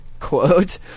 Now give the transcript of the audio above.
quote